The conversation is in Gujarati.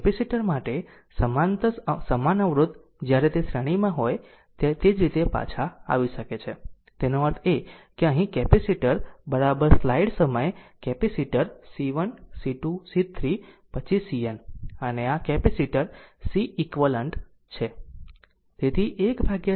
કેપેસિટર માટે સમાંતર સમાન અવરોધ જ્યારે તે શ્રેણીમાં હોય ત્યારે તે જ રીતે પાછા આવી શકે છે તેનો અર્થ એ કે અહીં કેપેસિટર બરાબર સ્લાઇડ સમય કેપેસિટર C1 C2 C3 પછી CN અને આ કેપેસિટર Cequivalent છે